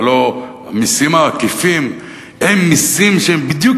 הלוא המסים העקיפים הם מסים שהם בדיוק